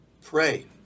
Pray